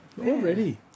already